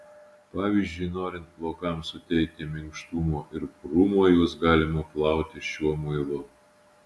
pavyzdžiui norint plaukams suteikti minkštumo ir purumo juos galima plauti šiuo muilu